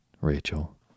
Rachel